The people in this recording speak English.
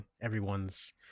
everyone's